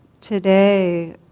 today